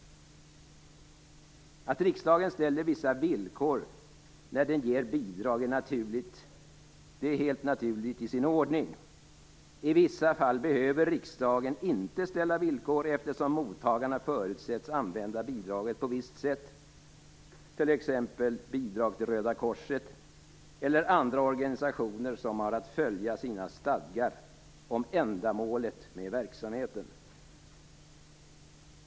Att riksdagen ställer vissa villkor när den ger bidrag är helt naturligt och i sin ordning. I vissa fall behöver riksdagen inte ställa villkor eftersom mottagarna förutsätts använda bidraget på ett visst sätt. Det gäller t.ex. bidrag till Röda korset eller andra organisationer som har att följa sina stadgar om ändamålet med verksamheten.